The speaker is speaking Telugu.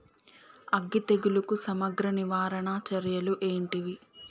అగ్గి తెగులుకు సమగ్ర నివారణ చర్యలు ఏంటివి?